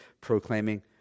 proclaiming